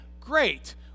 great